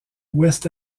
ouest